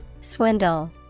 Swindle